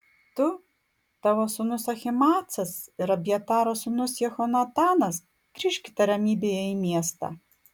tu tavo sūnus ahimaacas ir abjataro sūnus jehonatanas grįžkite ramybėje į miestą